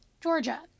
Georgia